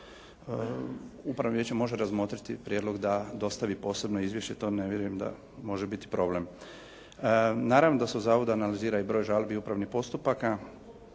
upravno vijeće može razmotriti prijedlog da dostavi posebno izvješće. To ne vjerujem da može biti problem. Naravno da se u zavodu analizira i broj žalbi upravnih postupaka,